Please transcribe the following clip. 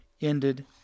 ended